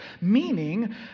meaning